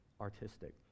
artistic